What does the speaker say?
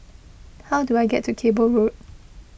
how do I get to Cable Road